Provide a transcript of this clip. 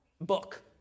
book